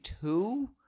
two